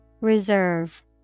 Reserve